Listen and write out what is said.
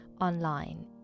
online